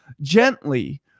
gently